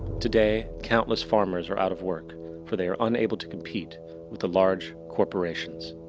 today countless farmers are out of work for they're unable to compete with the large corporations.